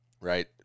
right